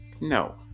No